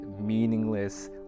meaningless